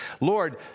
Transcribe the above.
Lord